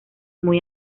muy